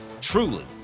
Truly